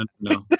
no